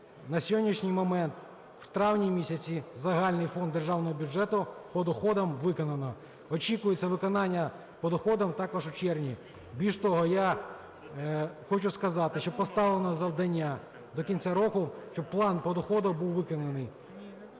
На сьогоднішній момент у травні місяці загальний фонд Державного бюджету по доходам виконано. Очікується виконання по доходах також у червні. Більше того, я хочу сказати, що поставлено завдання до кінця року, щоб план по доходу був виконаний.